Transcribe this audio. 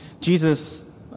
Jesus